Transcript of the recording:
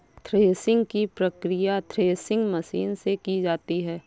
threshing की प्रकिया threshing machine से की जाती है